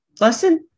lesson